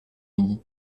midi